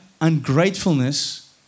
ungratefulness